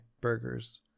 Burgers